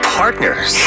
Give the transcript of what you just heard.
partners